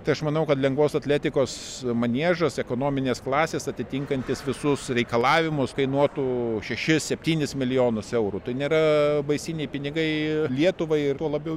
tai aš manau kad lengvos atletikos maniežas ekonominės klasės atitinkantis visus reikalavimus kainuotų šešis septynis milijonus eurų tai nėra baisiniai pinigai lietuvai ir tuo labiau